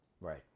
Right